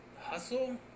Hustle